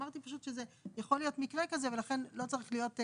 אמרתי פשוט שזה יכול להיות מקרה כזה ולכן לא צריך להיות,